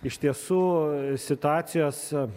iš tiesų situacijos